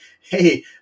hey